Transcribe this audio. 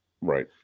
right